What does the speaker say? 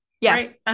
yes